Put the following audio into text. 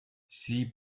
see